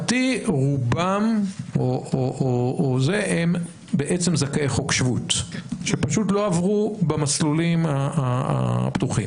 ולהערכתי רובם הם זכאי חוק שבות שפשוט לא עברו במסלולים הפתוחים.